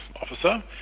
officer